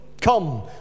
come